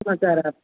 समाचार आप